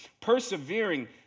persevering